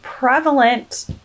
Prevalent